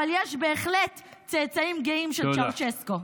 אבל יש בהחלט צאצאים גאים של צ'אוצ'סקו.